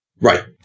Right